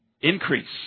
increase